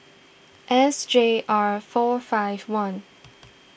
S J R four five one